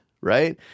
right